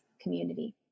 community